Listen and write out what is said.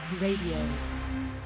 Radio